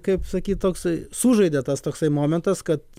kaip sakyt toksai sužaidė tas toksai momentas kad